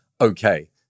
okay